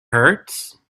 hurts